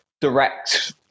direct